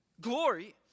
glory